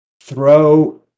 throw